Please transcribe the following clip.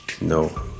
no